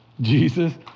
Jesus